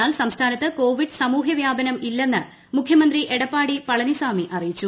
എന്നാൽ സംസ്ഥാനത്ത് കോവിഡ് സമൂഹവ്യാപനം ഇല്ലെന്ന് മുഖ്യമന്ത്രി എടപ്പാടി പളനിസ്വാമി അറിയിച്ചു